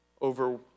over